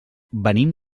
venim